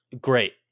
Great